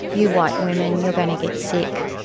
you white women, you're going to get sick.